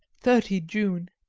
thirty june,